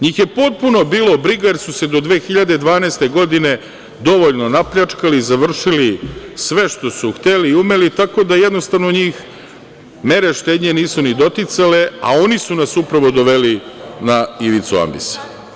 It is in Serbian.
Njih je potpuno bilo briga, jer su se do 2012. godine dovoljno napljačkali, završili sve što su hteli i umeli, tako da jednostavno njih mere štednje nisu ni doticale, a oni su nas upravo doveli na ivicu ambisa.